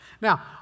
Now